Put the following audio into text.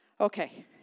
Okay